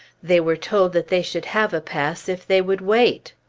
they were told that they should have a pass if they would wait.